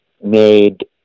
made